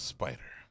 Spider